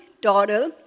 daughter